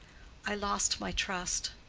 i lost my trust.